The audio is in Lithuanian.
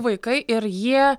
vaikai ir jie